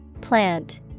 Plant